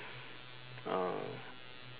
uh